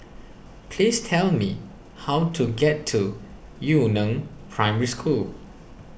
please tell me how to get to Yu Neng Primary School